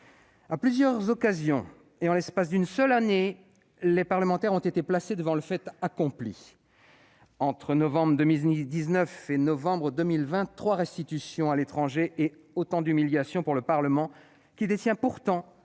À plusieurs occasions et en l'espace d'une seule année, les parlementaires ont été placés devant le fait accompli : entre novembre 2019 et novembre 2020, trois restitutions à des pays étrangers ont été effectuées. Ce sont autant d'humiliations pour le Parlement, qui détient pourtant